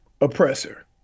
oppressor